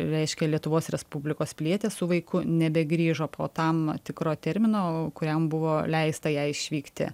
reiškia lietuvos respublikos pilietė su vaiku nebegrįžo po tam tikro termino kuriam buvo leista jai išvykti